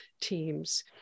teams